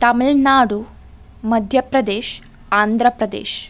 Tamil Nadu Madhya Pradesh Andhra Pradesh